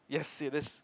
yes it is